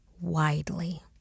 widely